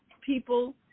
people